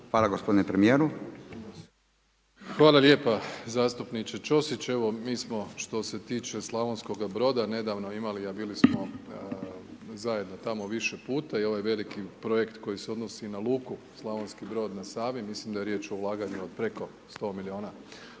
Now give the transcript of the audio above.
**Plenković, Andrej (HDZ)** Hvala lijepa, zastupniče Ćosić. Evo, mi smo što se tiče Slavonskoga Broda, nedavno imali, a bili smo zajedno tamo više puta i ovaj veliki Projekt koji se odnosi na Luku Slavonski Brod na Savi, mislim da je riječ o ulaganju od preko 100 milijuna kuna